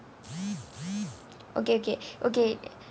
okay okay okay